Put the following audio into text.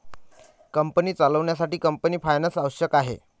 company चालवण्यासाठी company finance आवश्यक आहे